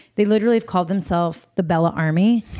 they literally have called themself the bella army.